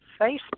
facebook